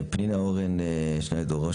פנינה אורן שני דור,